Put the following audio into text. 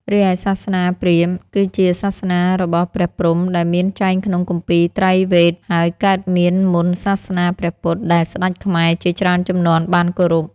រីឯសាសនាព្រាហ្មណ៍គឺជាសាសនារបស់ព្រះព្រហ្មដែលមានចែងក្នុងគម្ពីត្រៃវេទហើយកើតមានមុនសាសនាព្រះពុទ្ធដែលស្តេចខ្មែរជាច្រើនជំនាន់បានគោរព។